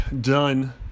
done